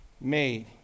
made